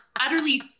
utterly